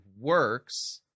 works